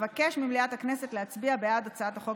אבקש ממליאת הכנסת להצביע בעד הצעת החוק